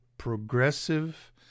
progressive